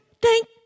Thank